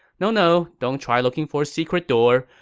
no no, don't try looking for a secret door.